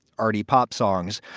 already pop songs.